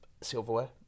silverware